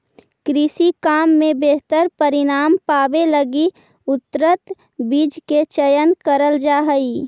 कृषि काम में बेहतर परिणाम पावे लगी उन्नत बीज के चयन करल जा हई